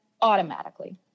automatically